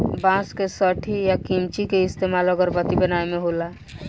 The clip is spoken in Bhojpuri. बांस के सठी आ किमची के इस्तमाल अगरबत्ती बनावे मे होला